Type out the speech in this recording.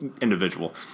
individual